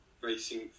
racing